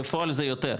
בפועל זה יותר,